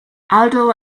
aldo